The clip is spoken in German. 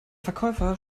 verkäufer